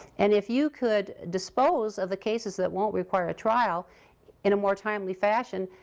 and if you could dispose of the cases that won't require a trial in a more timely fashion,